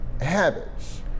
habits